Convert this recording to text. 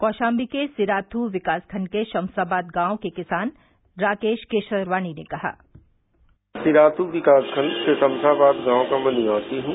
कौशाम्बी के सिराथू विकास खण्ड के शम्साबाद गांव के किसान राकेश केसरवानी ने कहा सिराध्र विकास खण्ड के शमसाबाद गांव का मै निवासी हूं